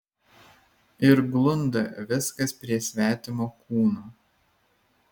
ir glunda viskas prie svetimo kūno